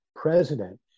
president